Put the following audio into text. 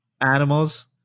animals